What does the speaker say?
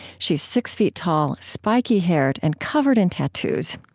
she's six feet tall, spiky-haired, and covered in tattoos.